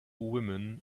women